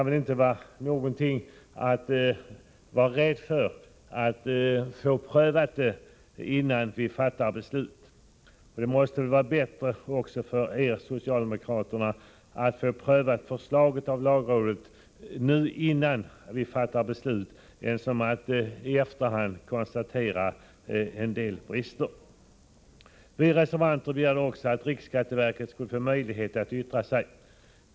Är man rädd för att få saken prövad innan vi fattar beslut? Det måste väl vara bättre, även för er socialdemokrater, att få förslaget prövat av lagrådet innan vi fattar beslut, än att en del brister konstateras i efterhand. Vi reservanter begärde också att riksskatteverket skulle få möjlighet att yttra sig.